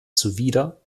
zuwider